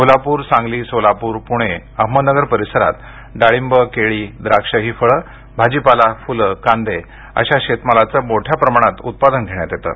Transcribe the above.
कोल्हापुर सांगली सोलापुर पुणे अहमदनगर परिसरात डाळींब केळी द्राक्षं ही फळं भाजीपाला फुलं कांदे अशा शेतमालाचं मोठ्या प्रमाणात उत्पादन घेण्यात येतं